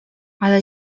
ale